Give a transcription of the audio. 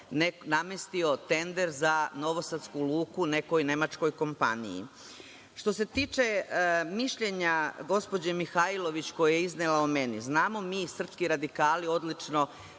namestio tender za novosadsku luku nekoj nemačkoj kompaniji. Što se tiče mišljenja gospođe Mihajlović, koje je iznela o meni, znamo mi, Srpski radikali, odlično